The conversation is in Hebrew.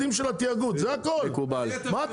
מכיוון שהייתי באוצר אני יודע בדיוק מה קרה.